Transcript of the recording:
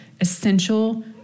essential